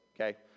okay